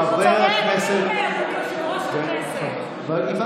חברי הכנסת, זה לא, יושב-ראש הכנסת.